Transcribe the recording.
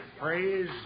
Praise